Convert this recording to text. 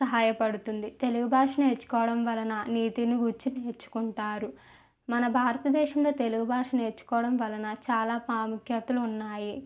సహాయపడుతుంది తెలుగు భాష నేర్చుకోవడం వలన నీతిని గూర్చి తెలుసుకుంటారు మన భారతదేశంలో తెలుగు భాష నేర్చుకోవడం వలన చాలా ప్రాముఖ్యతలు ఉన్నాయి